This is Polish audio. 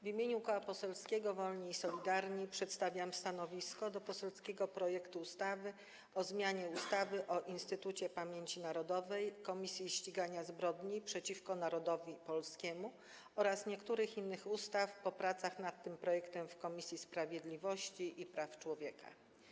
W imieniu Koła Poselskiego Wolni i Solidarni przedstawiam stanowisko wobec poselskiego projektu ustawy o zmianie ustawy o Instytucie Pamięci Narodowej - Komisji Ścigania Zbrodni przeciwko Narodowi Polskiemu oraz niektórych innych ustaw po pracach nad tym projektem w ramach Komisji Sprawiedliwości i Praw Człowieka.